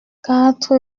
quatre